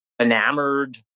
enamored